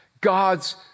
God's